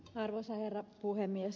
arvoisa herra puhemies